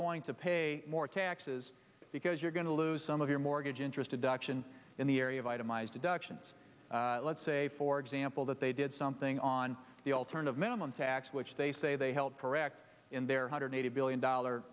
going to pay more taxes because you're going to lose some of your mortgage interest deduction in the area of itemized deductions let's say for example that they did something on the alternative minimum tax which they say they held correct in their hundred eighty billion dollar